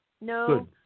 No